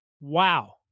wow